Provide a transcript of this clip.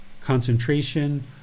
concentration